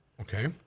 Okay